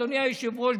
אדוני היושב-ראש,